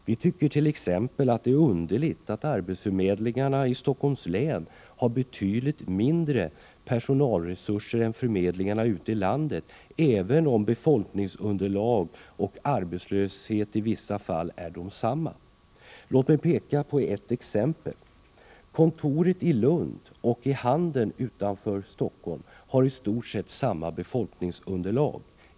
Vi tycker t.ex. att det är underligt att arbetsförmedlingarna i Stockholms län har betydligt mindre personalresurser än förmedlingarna ute i landet trots att siffrorna för befolkningsunderlaget och arbetslösheten i vissa fall är desamma. Låt mig peka på ett exempel. Kontoren i Lund och i Handen utanför Stockholm har i stort sett samma befolkningsunderlag.